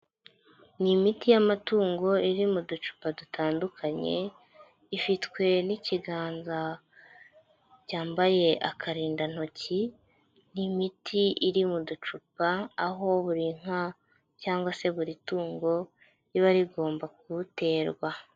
Ni imiti y'amatungo iri mu ducupa dutandukanye, ifitwe n'ikiganza cyambaye akarindantoki n'imiti iri mu ducupa, aho buri nka cyangwa se buri tungo riba rigomba kuwuterwa.